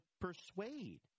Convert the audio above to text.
persuade